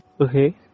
Okay